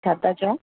छाता चो